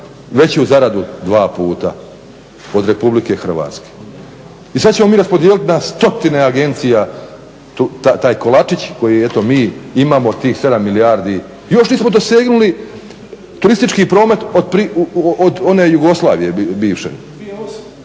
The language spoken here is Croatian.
veću zaradu dva puta od RH. I sad ćemo mi raspodijeliti na stotine agencija taj kolačić koji eto mi imamo tih sedam milijardi, još nismo dosegnuli turistički promet od one Jugoslavije bivše,